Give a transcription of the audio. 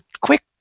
quick